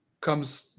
comes